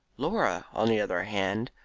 laura, on the other hand,